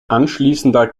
anschließender